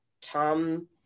Tom